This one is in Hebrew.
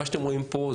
מה שאתם רואים פה,